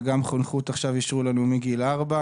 ואישרו לנו עכשיו גם חונכות מגיל ארבע.